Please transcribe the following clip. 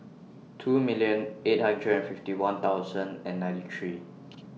two million eight hundred and fifty one thousand and ninety three